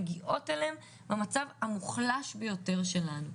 מגיעות אליהם במצב המוחלש ביותר שלנו,